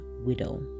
widow